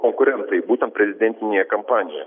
konkurentai būtent prezidentinėje kampanijoje